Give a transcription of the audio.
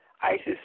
Isis